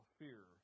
fear